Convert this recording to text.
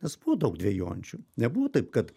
nes buvo daug dvejojančių nebuvo taip kad